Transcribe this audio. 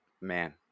man